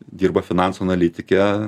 dirba finansų analitike